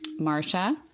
Marsha